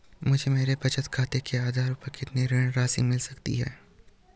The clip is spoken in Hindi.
मुझे मेरे बचत खाते के आधार पर कितनी ऋण राशि मिल सकती है?